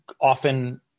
often